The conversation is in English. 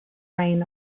reign